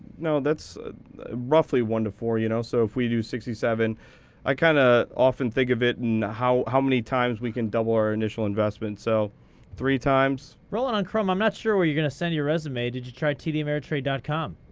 that's roughly one to four. you know so if we do sixty seven i kind of ah often think of it in how how many times we can double our initial investment. so three times? rollingonchrome, i'm not sure where you're going to send your resume. did you try tdameritrade com?